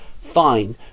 Fine